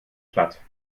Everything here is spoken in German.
platt